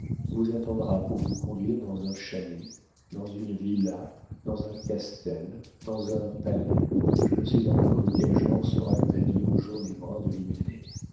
vous attendra pour vous conduire dans un chalet dans une villa dans un castel dans un palais je ne sais encore de quel genre sera le pavillon jaune et brun de l'hyménée